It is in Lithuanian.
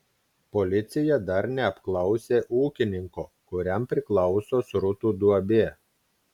policija dar neapklausė ūkininko kuriam priklauso srutų duobė